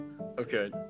Okay